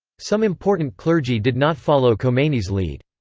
some important clergy did not follow khomeini's lead.